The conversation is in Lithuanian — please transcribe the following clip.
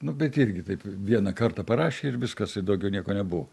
nu bet irgi taip vieną kartą parašė ir viskas ir daugiau nieko nebuvo